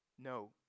No